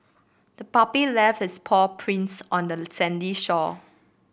the puppy left its paw prints on the sandy shore